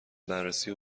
بررسی